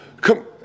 come